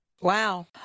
Wow